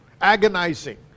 agonizing